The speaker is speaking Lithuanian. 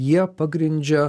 jie pagrindžia